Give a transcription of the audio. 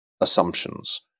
assumptions